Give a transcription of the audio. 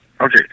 Okay